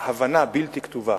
בלתי כתובה